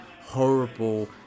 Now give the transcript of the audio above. horrible